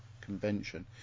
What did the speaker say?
convention